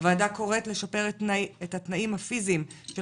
הוועדה קוראת לשפר את התנאים הפיזיים של